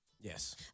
Yes